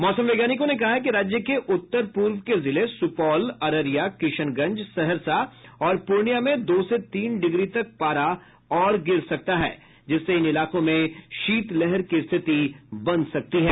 मौसम वैज्ञानिकों ने कहा है कि राज्य के उत्तर पूर्व के जिले सुपौल अररिया किशनगंज सहरसा और पूर्णिया में दो से तीन डिग्री तक पारा और गिर सकता है जिससे इन इलाकों में शीतलहर की स्थिति बन सकती है